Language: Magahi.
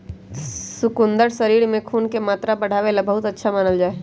शकुन्दर शरीर में खून के मात्रा बढ़ावे ला बहुत अच्छा मानल जाहई